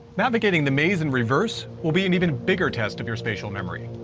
navigating the maze in reverse will be an even bigger test of your spatial memory.